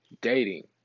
dating